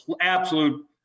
absolute